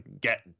get